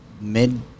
mid